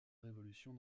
révolution